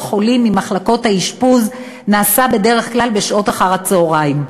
החולים ממחלקות האשפוז נעשה בדרך כלל בשעות אחר הצהריים,